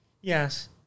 Yes